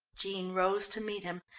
jean rose to meet him.